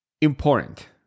important